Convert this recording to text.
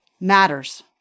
matters